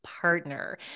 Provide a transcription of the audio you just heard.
partner